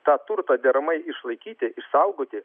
tą turtą deramai išlaikyti išsaugoti